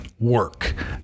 work